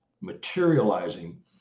materializing